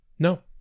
No